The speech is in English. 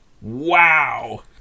Wow